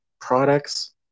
products